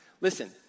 Listen